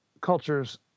cultures